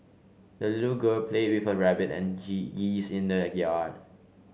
the little girl played with her rabbit and geese in the yard